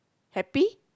happy